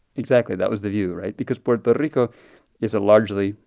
exactly. that was the view, right? because puerto puerto rico is a largely,